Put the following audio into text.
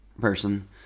person